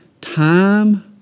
time